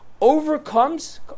overcomes